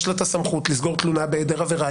יש לה את הסמכות לסגור תלונה בהיעדר עבירה,